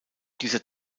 dieser